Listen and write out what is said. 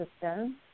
system